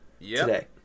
today